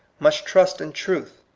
must trust in truth,